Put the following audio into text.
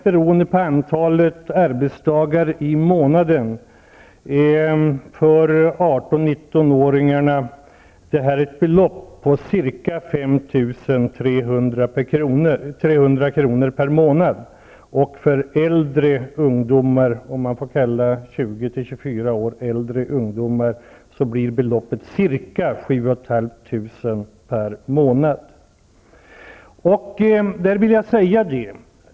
Beloppet för 18--19-åringarna blir, beroende på antalet arbetsdagar i månaden, ca 5 300 kr. per månad. För äldre ungdomar, om man nu får kalla 7 500 kr. per månad.